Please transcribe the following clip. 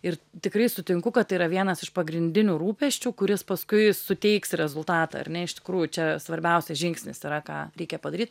ir tikrai sutinku kad tai yra vienas iš pagrindinių rūpesčių kuris paskui suteiks rezultatą ar ne iš tikrųjų čia svarbiausias žingsnis yra ką reikia padaryt